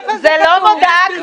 זה לא מודעה.